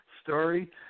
story